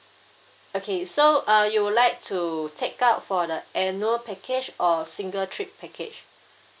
okay so uh you would like to take up for the annual package or single trip package